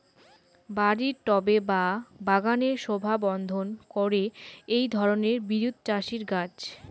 বাড়ির টবে বা বাগানের শোভাবর্ধন করে এই ধরণের বিরুৎজাতীয় গাছ